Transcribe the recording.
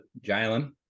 Jalen